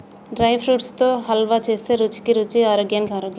dry fruits తో హల్వా చేస్తే రుచికి రుచి ఆరోగ్యానికి ఆరోగ్యం